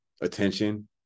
attention